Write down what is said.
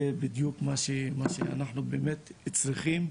זה בדיוק מה שאנחנו באמת צריכים.